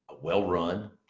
well-run